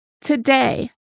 Today